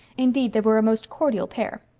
indeed, they were a most cordial pair.